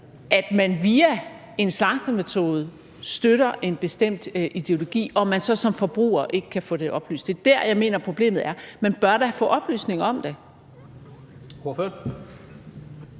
at man via en slagtemetode støtter en bestemt ideologi, og at man så som forbruger ikke kan få det oplyst. Det er der, jeg mener problemet er. Man bør da få oplysning om det.